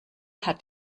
hat